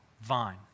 vine